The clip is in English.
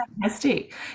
fantastic